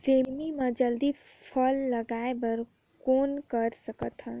सेमी म जल्दी फल लगाय बर कौन कर सकत हन?